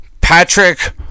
Patrick